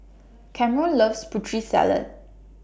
Camron loves Putri Salad